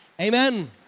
Amen